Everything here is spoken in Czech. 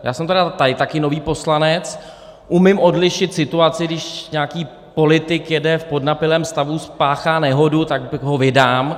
Já jsem tady taky nový poslanec, umím odlišit situaci, když nějaký politik jede v podnapilém stavu, spáchá nehodu, tak ho vydám.